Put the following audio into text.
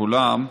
כולם,